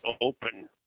open